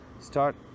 start